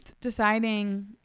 deciding